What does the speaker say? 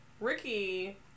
Ricky